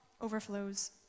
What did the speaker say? overflows